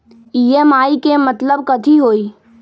EMI के मतलब कथी होई?